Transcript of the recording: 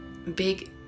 big